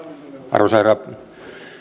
arvoisa herra